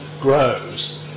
grows